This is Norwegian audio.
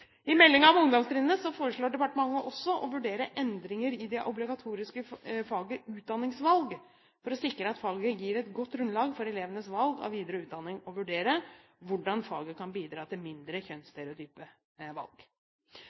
om ungdomstrinnet foreslår departementet også å vurdere endringer i det obligatoriske faget utdanningsvalg for å sikre at faget gir et godt grunnlag for elevenes valg av videre utdanning, og vurdere hvordan faget kan bidra til mindre kjønnsstereotype valg.